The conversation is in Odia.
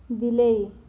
ବିଲେଇ